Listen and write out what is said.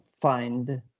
find